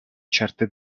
certe